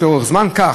המוצע,